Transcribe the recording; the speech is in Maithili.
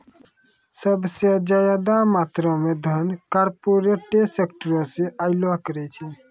सभ से ज्यादा मात्रा मे धन कार्पोरेटे सेक्टरो से अयलो करे छै